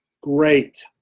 great